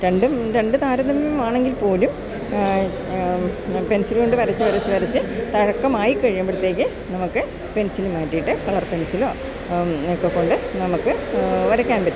രണ്ടും രണ്ട് താരതമ്യം ആണെങ്കിൽ പോലും പെൻസിലുകൊണ്ട് വരച്ച് വരച്ച് വരച്ച് തഴക്കമായി കഴിയുമ്പോഴത്തേക്ക് നമുക്ക് പെൻസില് മാറ്റിയിട്ട് കളർ പെൻസിലോ ഒക്കെ കൊണ്ട് നമുക്ക് വരയ്ക്കാൻ പറ്റും